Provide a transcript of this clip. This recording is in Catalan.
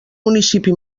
municipi